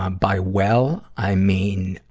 um by well, i mean,